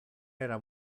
era